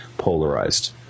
Polarized